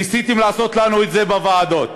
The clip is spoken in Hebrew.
ניסיתם לעשות לנו את זה בוועדות.